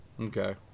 Okay